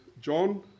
John